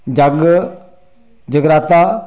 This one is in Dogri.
यज्ञ जगराता